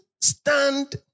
stand